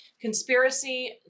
conspiracy